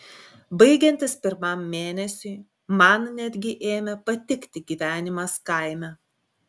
baigiantis pirmam mėnesiui man netgi ėmė patikti gyvenimas kaime